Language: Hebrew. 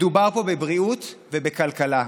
מדובר פה בבריאות ובכלכלה,